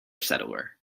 settler